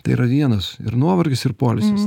tai yra vienas ir nuovargis ir poilsis